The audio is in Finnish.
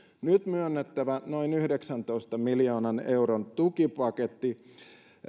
nyt myönnettävä noin yhdeksäntoista miljoonan euron tukipaketti